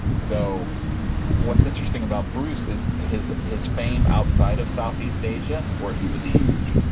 so what's interesting about bruce is his his fame outside of southeast asia where he was huge,